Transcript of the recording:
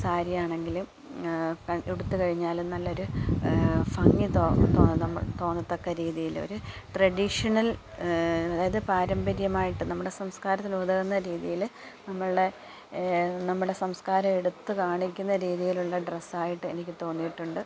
സാരി ആണെങ്കിലും ഉടുത്ത് കഴിഞ്ഞാല് നല്ലൊരു ഭംഗി തോന്നത്തക്ക രീതിയിൽ ഒര് ട്രഡീഷണൽ അതായത് പാരമ്പര്യമായിട്ട് നമ്മുടെ സംസ്കാരത്തിന് ഉതകുന്ന രീതിയില് നമ്മളുടെ നമ്മുടെ സംസ്കാരം എടുത്തു കാണിക്കുന്ന രീതിയിലുള്ള ഡ്രസ്സ് ആയിട്ട് എനിക്ക് തോന്നിയിട്ടുണ്ട്